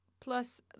plus